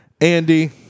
Andy